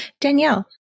Danielle